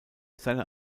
seine